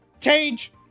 change